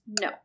No